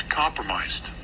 compromised